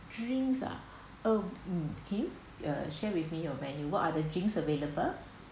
drinks ah oh um okay uh share with me your menu what are the drinks available